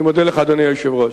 אני מודה לך, אדוני היושב-ראש.